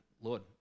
Lord